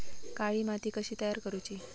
काळी माती कशी तयार करूची?